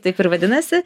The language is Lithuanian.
taip ir vadinasi